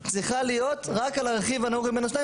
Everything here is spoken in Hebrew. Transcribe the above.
צריכה להיות רק על הרכיב הנמוך מבין השניים